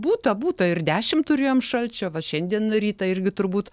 būta būta ir dešimt turėjom šalčio va šiandien rytą irgi turbūt